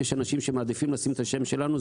יש אנשים שמעדיפים לשים את השם שלנו,